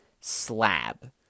slab